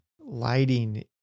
lighting